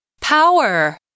Power